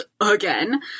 again